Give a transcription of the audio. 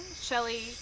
shelly